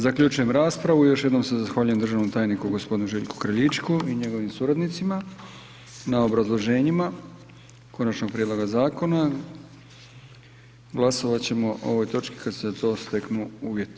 Zaključujem raspravu, još jednom se zahvaljujem državnom tajniku g. Željku Kraljičku i njegovim suradnicima na obrazloženjima konačnog prijedloga zakona, glasovat ćemo o ovoj točki kad se za to steknu uvjeti.